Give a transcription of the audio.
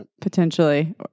potentially